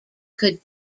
could